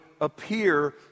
appear